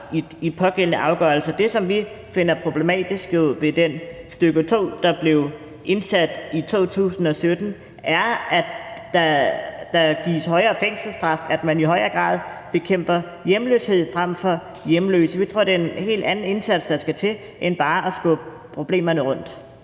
pågældende afgørelse. Det, som vi finder problematisk ved det stk. 2, der blev indsat i 2017, er, at der gives højere fængselsstraf – at man i højere grad bekæmper hjemløse frem for hjemløshed. Vi tror, det er en helt anden indsats, der skal til, end bare at skubbe problemerne rundt.